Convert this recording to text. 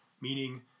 Meaning